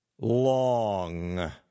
long